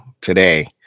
today